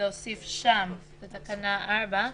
ולהוסיף שם לתקנה 4,